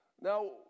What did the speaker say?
now